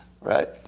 right